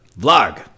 Vlog